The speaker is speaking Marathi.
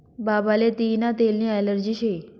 बाबाले तियीना तेलनी ॲलर्जी शे